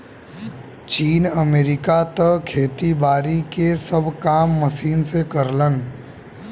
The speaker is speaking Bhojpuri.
चीन, अमेरिका त खेती बारी के सब काम मशीन के करलन